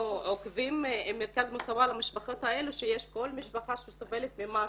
עוקבים אחרי המשפחות האלה שיש כל משפחה שסובלת ממשהו,